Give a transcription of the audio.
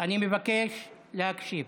אני מבקש להקשיב.